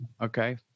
Okay